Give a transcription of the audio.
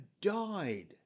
died